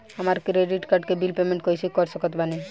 हमार credit card के bill payment कइसे कर सकत बानी?